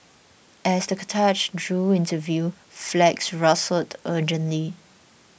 as the cortege drew into view flags rustled urgently